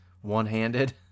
one-handed